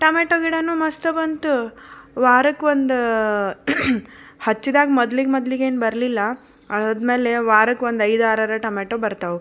tomato ಗಿಡವೂ ಮಸ್ತ್ ಬಂತು ವಾರಕ್ಕೆ ಒಂದು ಹಚ್ಚಿದಾಗ ಮೊದ್ಲಿಗೆ ಮೊದ್ಲಿಗೆ ಏನು ಬರಲಿಲ್ಲ ಆದ್ಮೇಲೆ ವಾರಕ್ಕೆ ಒಂದು ಐದಾರರ ಟಮೆಟೊ ಬರ್ತಾವು